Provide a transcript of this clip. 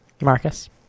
Marcus